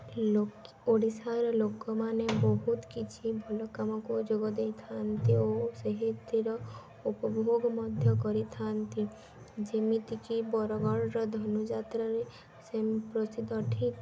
ଲୋକ ଓଡ଼ିଶାର ଲୋକମାନେ ବହୁତ କିଛି ଭଲ କାମକୁ ଯୋଗଦେଇଥାନ୍ତି ଓ ସେହିଥିର ଉପଭୋଗ ମଧ୍ୟ କରିଥାନ୍ତି ଯେମିତିକି ବରଗଡ଼ର ଧନୁଯାତ୍ରାରେ ସେ ପ୍ରସିଦ୍ଧ ଠିକ୍